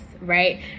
right